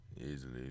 easily